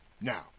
Now